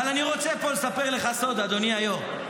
אבל אני רוצה פה לספר לך סוד, אדוני היו"ר,